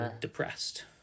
depressed